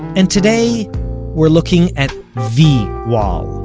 and today we're looking at the wall.